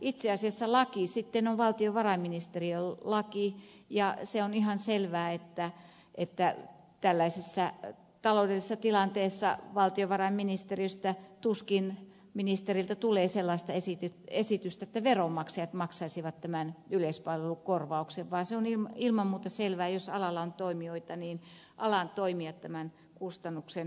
itse asiassa laki sitten on valtionvarainministeriön laki ja se on ihan selvää että tällaisessa taloudellisessa tilanteessa valtiovarainministeriöstä tuskin ministeriltä tulee sellaista esitystä että veronmaksajat maksaisivat tämän yleispalvelun korvauksen vaan se on ilman muuta selvää että jos alalla on toimijoita niin alan toimijat tämän kustannuksen maksavat